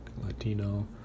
Latino